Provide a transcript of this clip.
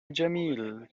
جميل